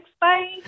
Bye